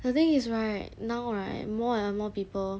the thing is right now right more and more people